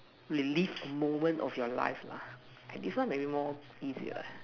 relive moment of your life lah this one maybe more easier ah